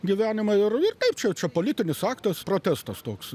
gyvenimą ir kaip čia čia politinis aktas protestas toks